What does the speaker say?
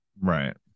Right